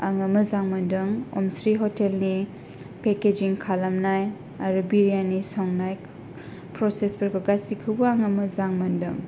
आङो मोजां मोनदों अमस्रि हटेलनि पेकेजिं खालामनाय आरो बिरियानि संनाय प्रसेसफोरखौ गासिखौबो आङो मोजां मोनदों